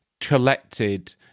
collected